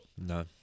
No